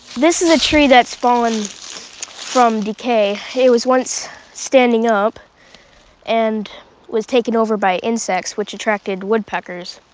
this is a tree that's fallen from decay. it was once standing up and was taken over by insects which attracted woodpeckers